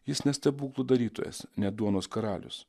jis ne stebuklų darytojas ne duonos karalius